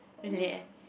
really